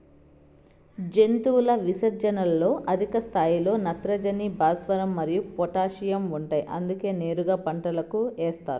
జంతువుల విసర్జనలలో అధిక స్థాయిలో నత్రజని, భాస్వరం మరియు పొటాషియం ఉంటాయి అందుకే నేరుగా పంటలకు ఏస్తారు